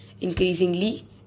increasingly